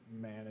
man